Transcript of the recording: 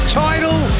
title